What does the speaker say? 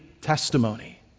testimony